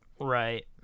Right